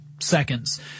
seconds